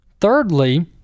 Thirdly